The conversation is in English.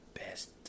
best